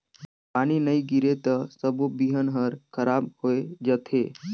पानी नई गिरे त सबो बिहन हर खराब होए जथे